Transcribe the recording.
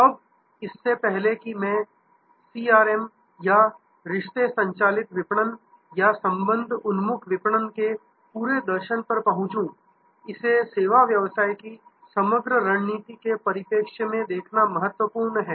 अब इससे पहले कि मैं सीआरएम या रिश्ते संचालित विपणन या संबंध उन्मुख विपणन के पूरे दर्शन पर पहुंचूं इसे सेवा व्यवसाय की समग्र रणनीति के परिप्रेक्ष्य में देखना महत्वपूर्ण है